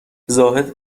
زاهد